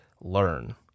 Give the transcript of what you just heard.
learn